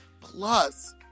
plus